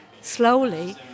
slowly